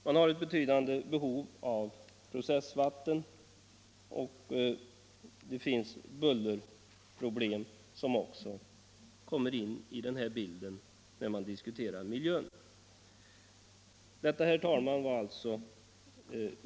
Man har ett betydande behov av processvatten, och bullerproblem kommer också in i bilden när man diskuterar miljön.